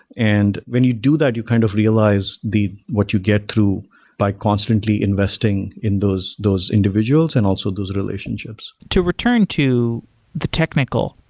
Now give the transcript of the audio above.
and when you do that, you kind of realize what you get through by constantly investing in those those individuals and also those relationships to return to the technical.